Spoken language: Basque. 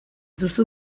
duzu